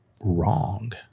wrong